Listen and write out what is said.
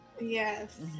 Yes